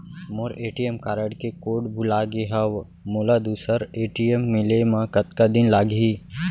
मोर ATM card के code भुला गे हव, मोला दूसर ए.टी.एम मिले म कतका दिन लागही?